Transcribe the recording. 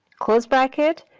close bracket,